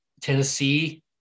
Tennessee